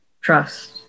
trust